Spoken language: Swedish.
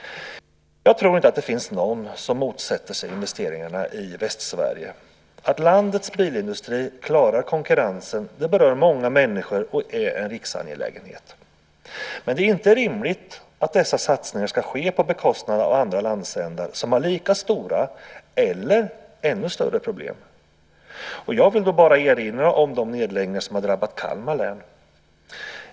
Jag tror inte att det finns någon som motsätter sig investeringarna i Västsverige. Att landets bilindustri klarar konkurrensen berör många människor och är en riksangelägenhet. Men det är inte rimligt att dessa satsningar ska ske på bekostnad av andra landsändar som har lika stora eller ännu större problem. Jag vill bara erinra om de nedläggningar som har drabbat Kalmar län.